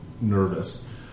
nervous